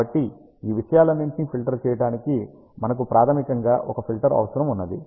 కాబట్టి ఈ విషయాలన్నింటినీ ఫిల్టర్ చేయడానికి మనకు ప్రాథమికంగా ఒక ఫిల్టర్ అవసరం ఉన్నది